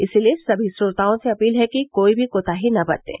इसलिए सभी श्रोताओं से अपील है कि कोई भी कोताही न बरतें